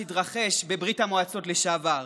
שהתרחש בברית המועצות לשעבר.